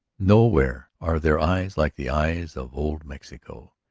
nowhere are there eyes like the eyes of old mexico.